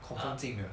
ah